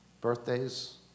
Birthdays